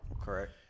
Correct